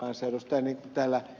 niin kuin täällä ed